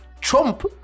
Trump